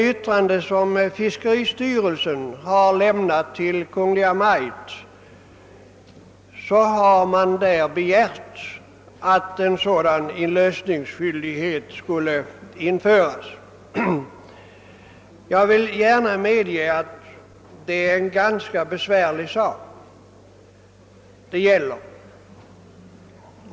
I fiskeristyrelsens yttrande till Kungl. Maj:t i denna fråga har införande av en sådan inlösningsskyldighet begärts. Jag vill gärna medge att detta är ett besvärligt problem.